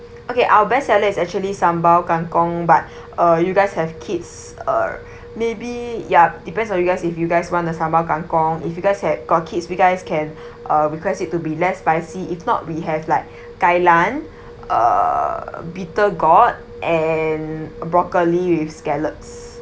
okay our best seller is actually sambal kangkong but uh you guys have kids uh maybe ya depends on you guys if you guys want the sambal kangkong if you guys have got kids you guys can uh request it to be less spicy if not we have like kailan uh bitter gourd and broccoli with scallops